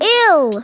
ill